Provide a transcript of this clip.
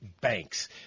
banks